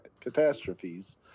catastrophes